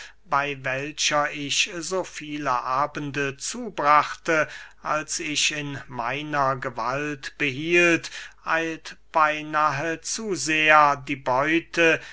bey welcher ich so viele abende zubrachte als ich in meiner gewalt behielt eilt beynahe zu sehr die beute